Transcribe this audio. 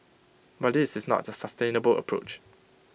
but this is not A sustainable approach